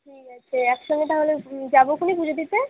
ঠিক আছে একসঙ্গে তাহলে যাবো ক্ষনে পুজো দিতে